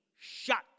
Shut